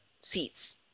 seats